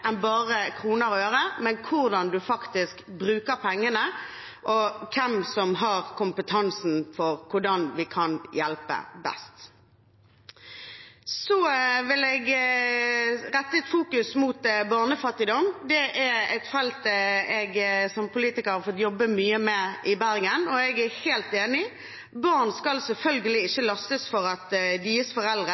bare kroner og øre. Det handler om hvordan man faktisk bruker pengene, og hvem som har kompetansen om hvordan vi kan hjelpe best. Så vil jeg rette fokus mot barnefattigdom. Det er et felt jeg som politiker har fått jobbe mye med i Bergen. Jeg er helt enig i at barn selvfølgelig ikke skal lastes for at deres foreldre